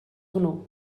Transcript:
hwnnw